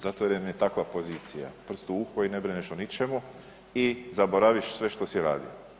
Zato jer im je takva pozicija, prst u uho i ne brineš o ničemu i zaboraviš sve što si radio.